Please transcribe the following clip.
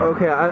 Okay